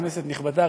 כנסת נכבדה,